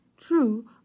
True